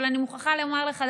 אבל אני מוכרחה לומר לך,